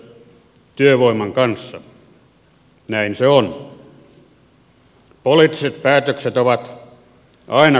poliittiset päätökset ovat aina kompromisseja